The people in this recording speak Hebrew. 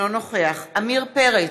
אינו נוכח עמיר פרץ,